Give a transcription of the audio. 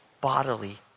bodily